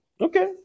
Okay